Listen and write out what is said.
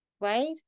Right